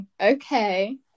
okay